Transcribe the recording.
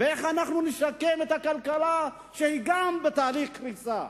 ואיך אנחנו נשקם את הכלכלה, שגם היא בתהליך קריסה